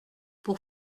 pour